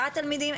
עשרה תלמידים,